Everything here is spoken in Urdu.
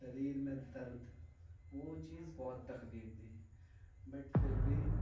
شریر میں درد وہ چیز بہت تکلیف دی بٹ پھر بھی